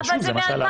זה מה שעלה בוועדה.